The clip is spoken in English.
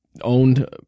owned